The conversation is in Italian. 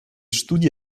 studi